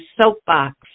soapbox